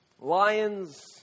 Lions